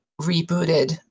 rebooted